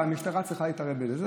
והמשטרה צריכה להתערב בזה.